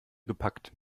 gepackt